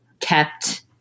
kept